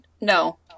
no